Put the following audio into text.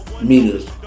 meters